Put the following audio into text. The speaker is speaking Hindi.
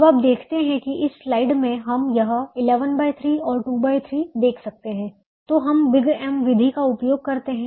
अब आप देखते है कि इस स्लाइड में हम यह 113 और 23 देख सकते हैं तो हम बिग M विधि का उपयोग करते हैं